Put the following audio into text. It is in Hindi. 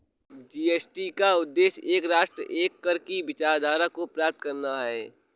जी.एस.टी का उद्देश्य एक राष्ट्र, एक कर की विचारधारा को प्राप्त करना है